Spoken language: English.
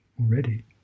already